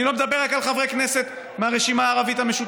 אני לא מדבר רק על חברי כנסת מהרשימה המשותפת,